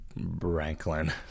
Branklin